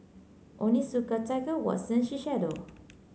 Onitsuka Tiger Watsons Shiseido